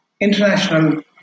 international